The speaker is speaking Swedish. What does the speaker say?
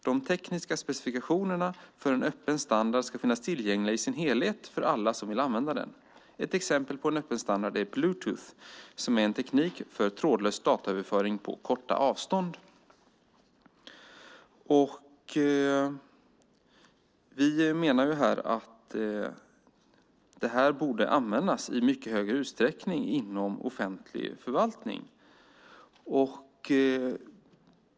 De tekniska specifikationerna för en öppen standard ska finnas tillgängliga i sin helhet för alla som vill använda den. Ett exempel på öppen standard är Bluetooth, som är en teknik för trådlös dataöverföring på korta avstånd." Vi menar att det här borde användas i mycket högre utsträckning inom offentlig förvaltning.